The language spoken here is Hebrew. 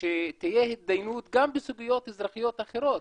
שתהיה התדיינות גם בסוגיות אזרחיות אחרות,